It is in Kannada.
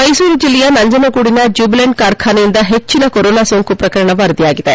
ಮೈಸೂರು ಜಿಲ್ಲೆಯ ನಂಜನಗೂಡಿನ ಜ್ಯುಬಿಲೆಂಟ್ ಕಾರ್ಖಾನೆಯಿಂದ ಹೆಚ್ಚಿನ ಕೊರೊನಾ ಸೋಂಕು ಪ್ರಕರಣ ವರದಿಯಾಗಿದೆ